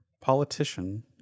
politician